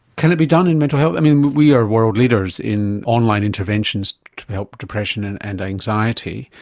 can it be done in mental health? we are world leaders in online interventions to help depression and and anxiety.